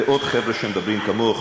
ועוד חבר'ה שמדברים כמוך,